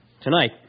Tonight